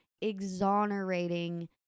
exonerating